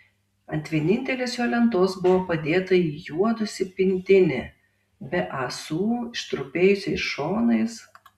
ant vienintelės jo lentos buvo padėta įjuodusi pintinė be ąsų ištrupėjusiais šonais